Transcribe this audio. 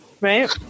Right